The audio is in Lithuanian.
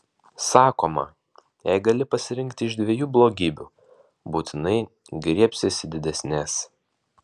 sakoma jei gali pasirinkti iš dviejų blogybių būtinai griebsiesi didesnės